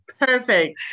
Perfect